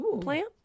plant